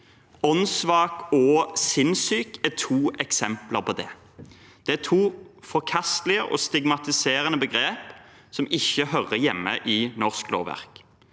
«Åndssvak» og «sinnssyk» er to eksempler på det. Det er to forkastelige og stigmatiserende begreper som ikke hører hjemme i norsk lovverk.